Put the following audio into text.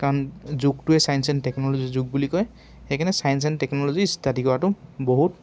কাৰণ যুগটোৱে science and টেকনলজিৰ যুগ বুলি কয় সেইকাৰণে চায়েন্স এণ্ড টেকনলজি ষ্টাডী কৰাটো বহুত